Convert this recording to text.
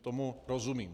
Tomu rozumím.